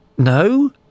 No